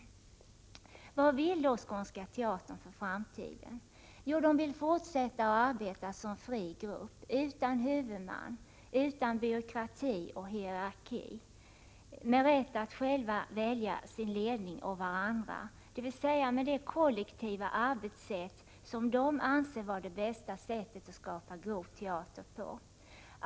KNESSET MA AR Vad vill då Skånska teatern? Den vill fortsätta att arbeta som en fri grupp, dvs. utan huvudman, utan byråkrati och hierarki, med rätt att själv välja ledning, dvs. det kollektiva arbetssätt som man anser vara det bästa sättet att skapa god teater på.